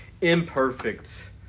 Imperfect